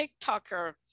TikToker